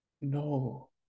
No